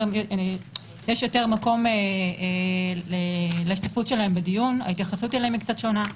- יש יותר מקום להשתתפות שלהם בדיון וההתייחסות אליהם היא קצת שונה.